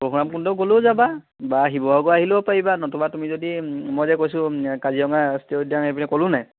পৰশুৰাম কুণ্ড গ'লেও যাবা বা শিৱসাগৰ আহিলেও পাৰিবা নতুবা তুমি যদি মই যে কৈছোঁ কাজিৰঙা ৰাষ্ট্ৰীয় উদ্যান সেই পিনে ক'লো নাই